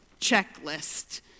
checklist